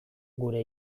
gure